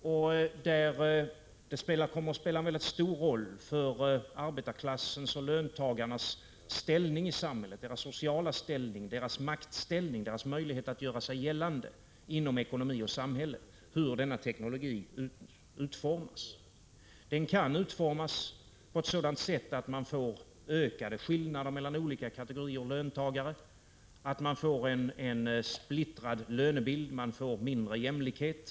Hur denna teknologi utformas kommer att spela en mycket stor roll för arbetarklassens och löntagarnas sociala ställning, deras maktställning och deras möjlighet att göra sig gällande inom ekonomi och samhälle. Den kan utformas på sådant sätt att man får ökade skillnader mellan olika kategorier löntagare, att man får en splittrad lönebild, man får mindre jämlikhet.